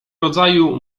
rodzaju